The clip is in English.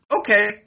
Okay